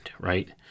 right